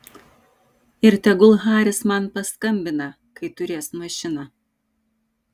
ir tegul haris man paskambina kai turės mašiną